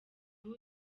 ubu